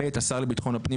(ב)השר לביטחון הפנים,